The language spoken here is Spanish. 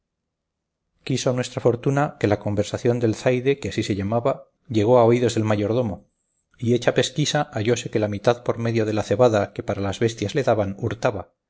mesmos quiso nuestra fortuna que la conversación del zaide que así se llamaba llegó a oídos del mayordomo y hecha pesquisa hallóse que la mitad por medio de la cebada que para las bestias le daban hurtaba